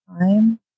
time